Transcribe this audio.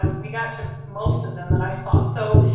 ah we got two most of them that i saw. so,